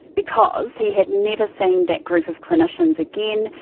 because he had never seen that group of clinicians again,